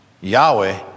Yahweh